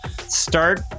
start